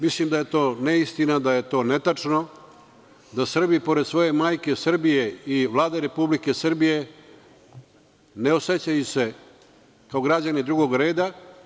Mislim, da je to neistina, da je to netačno, da Srbi pored svoje majke Srbije i Vlade Republike Srbije ne osećaju se kao građani drugog reda.